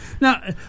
Now